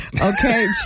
Okay